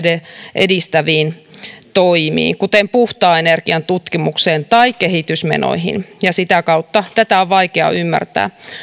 edistäviin toimiin kuten puhtaan energian tutkimukseen tai kehitysmenoihin ja sitä kautta tätä on vaikea ymmärtää